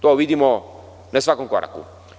To vidimo na svakom koraku.